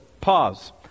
Pause